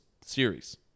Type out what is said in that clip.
series